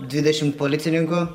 dvidešimt policininkų